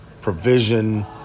provision